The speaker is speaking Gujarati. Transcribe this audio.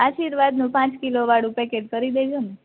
આર્શિવાદનો પાંચ કિલા વાળું પેકેટ કરી દેજો ને